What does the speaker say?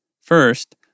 First